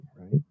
Right